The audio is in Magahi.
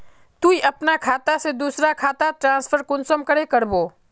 तुई अपना खाता से दूसरा खातात ट्रांसफर कुंसम करे करबो?